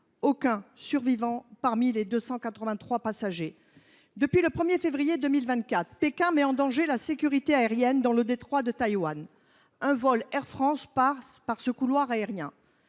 Aucun des 283 passagers n’a survécu. Depuis le 1 février 2024, Pékin met en danger la sécurité aérienne dans le détroit de Taïwan. Un vol Air France passe par ce couloir aérien.